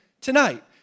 tonight